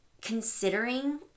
considering